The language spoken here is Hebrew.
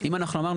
לא נכון.